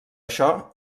això